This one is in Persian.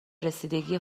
رسیدگی